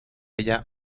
ella